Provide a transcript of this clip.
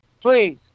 please